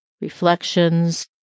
reflections